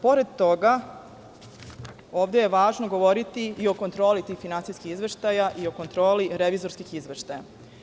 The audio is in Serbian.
Pored toga, ovde je važno govoriti i o kontroli svih finansijskih izveštaja ikontroli revizorskih izveštaja.